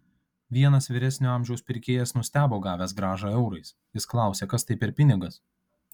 vienas vyresnio amžiaus pirkėjas nustebo gavęs grąžą eurais jis klausė kas tai per pinigas